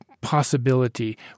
possibility